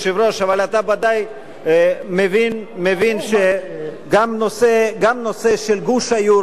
אבל אתה ודאי מבין שהנושא של גוש היורו והנושא